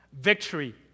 Victory